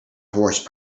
horse